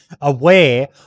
aware